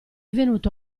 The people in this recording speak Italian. venuto